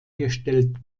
gestellt